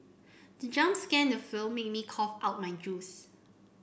the jump scare the film made me cough out my juice